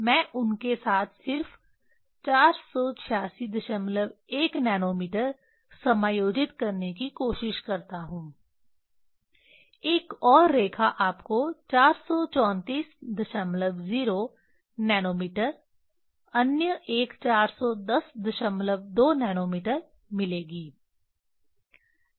मैं उनके साथ सिर्फ 4861 नैनोमीटर समायोजित करने की कोशिश करता हूं एक और रेखा आपको 4340 नैनोमीटर अन्य एक 4102 नैनोमीटर मिलेगी